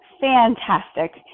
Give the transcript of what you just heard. fantastic